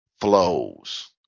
flows